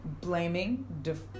blaming